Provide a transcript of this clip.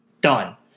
done